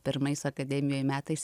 pirmais akademijoj metais